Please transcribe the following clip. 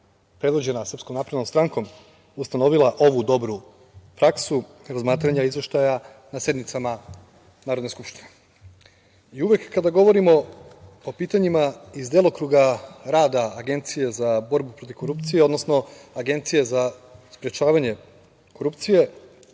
predvođena SNS, ustanovila ovu dobru praksu razmatranja izveštaja na sednicama Narodne skupštine. Uvek kada govorimo o pitanjima iz delokruga rada Agencije za borbu protiv korupcije, odnosno Agencije za sprečavanje korupcije,